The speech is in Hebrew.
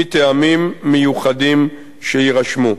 מטעמים מיוחדים שיירשמו.